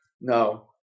No